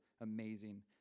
amazing